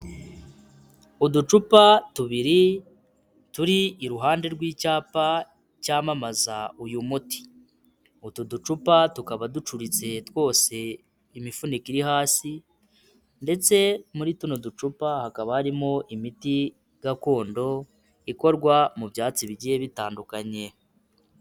Uducupa tubiri turi iruhande rw'icyapa cyamamaza uyu muti, utu ducupa tukaba ducuritse twose imifuniko iri hasi ndetse muri tuno ducupa hakaba harimo imiti gakondo ikorwa mu byatsi bigiye bitandukanye.